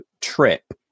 trip